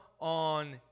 on